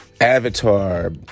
avatar